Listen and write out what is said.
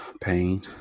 Pain